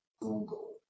google